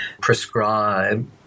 prescribe